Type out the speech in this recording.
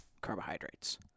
carbohydrates